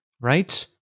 Right